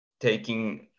taking